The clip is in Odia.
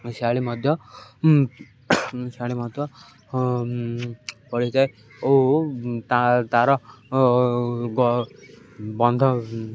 ଶାଆଳୀ ମଧ୍ୟ ଶାଆଳୀ ମଧ୍ୟ ପଡ଼ିଥାଏ ଓ ତା'ର ବନ୍ଧ